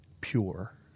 pure